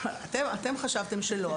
אתם חשבתם לא,